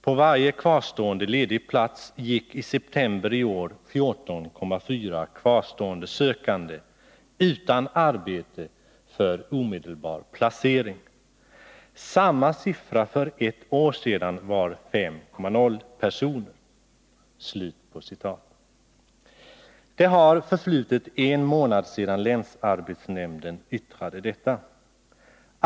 På varje kvarstående ledig plats gick i september i år 14,4 kvarstående sökande utan arbete för omedelbar placering. Samma siffra för ett år sedan var 5,0 personer.” Det har förflutit en månad sedan länsarbetsnämnden yttrade detta.